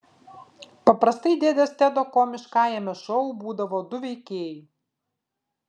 paprastai dėdės tedo komiškajame šou būdavo du veikėjai